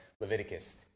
Leviticus